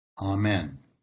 Amen